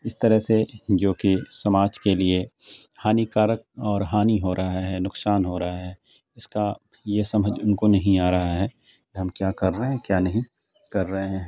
اس طرح سے جو کہ سماج کے لیے ہانیکارک اور ہانی ہو رہا ہے نقصان ہو رہا ہے اس کا یہ سمجھ ان کو نہیں آ رہا ہے کہ ہم کیا کر رہے ہیں کیا نہیں کر رہے ہیں